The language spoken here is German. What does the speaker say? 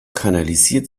kanalisiert